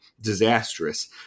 disastrous